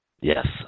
Yes